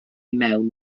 mewn